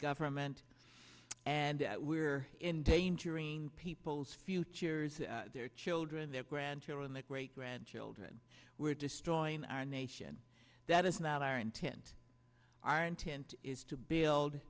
government and we're in danger in people's futures of their children their grandchildren the great grandchildren we're destroying our nation that is not our intent our intent is to build